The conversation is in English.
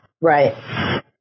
right